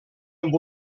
amb